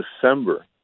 December